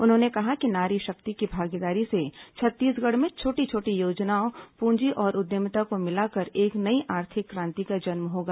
उन्होंने कहा कि नारी शक्ति की भागीदारी से छत्तीसगढ़ में छोटी छोटी योजनाओं पूंजी और उद्यमिता को मिलाकर एक नई आर्थिक क्रांति का जन्म होगा